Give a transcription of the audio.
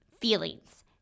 feelings